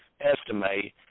estimate